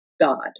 God